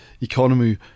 economy